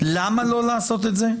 למה לא לעשות את זה?